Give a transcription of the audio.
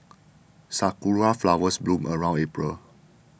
sakura flowers bloom around April